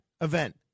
event